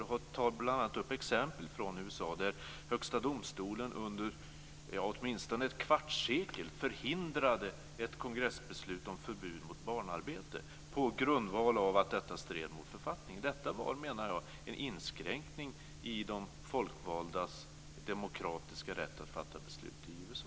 Han tar bl.a. ett exempel från USA, där Högsta domstolen under åtminstone ett kvartssekel förhindrade ett kongressbeslut om förbud mot barnarbete på grund av att detta stred mot författningen. Jag menar att detta var en inskränkning i de folkvaldas demokratiska rätt att fatta beslut i USA.